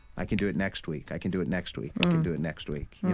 i can do it next week. i can do it next week. i can do it next week.